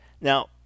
Now